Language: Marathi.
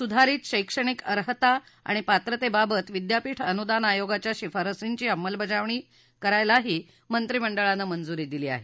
सुधारीत शैक्षणिक आईता आणि पात्रतेबाबत विद्यापीठ अनुदान आयोगाच्या शिफारसींची अंमलबजावणी करायलाही मंत्रीमंडळानं मंजुरी दिली आहे